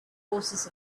forces